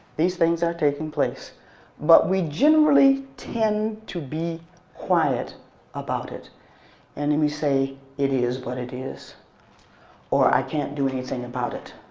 these things are taking place but we generally tend to be quiet about it and we say it is what it is or i can't do anything about it